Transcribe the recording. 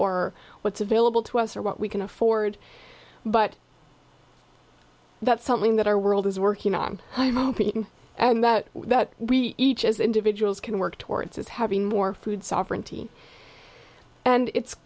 or what's available to us or what we can afford but that's something that our world is working on and that we each as individuals can work towards having more food sovereignty and it's